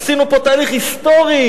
עשינו פה תהליך היסטורי.